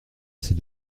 ces